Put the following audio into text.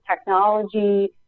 technology